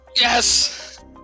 yes